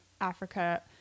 africa